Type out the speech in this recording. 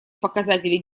показатели